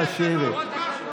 היושב-ראש,